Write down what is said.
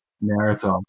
narrative